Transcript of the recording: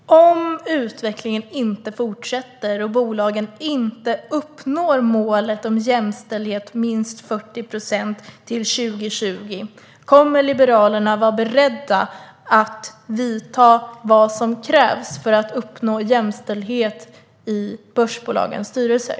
Fru talman! Om utvecklingen inte fortsätter och bolagen inte uppnår jämställdhetsmålet om minst 40 procent till 2020, kommer Liberalerna då att vara beredda att göra vad som krävs för att uppnå jämställdhet i börsbolagens styrelser?